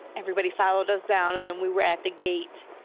everybody followed us down. and then we were at the gate,